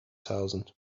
thousand